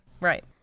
Right